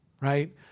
right